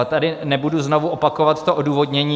Tady nebudu znovu opakovat to odůvodnění.